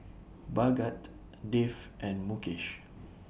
Bhagat Dev and Mukesh